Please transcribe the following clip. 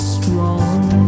Strong